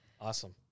awesome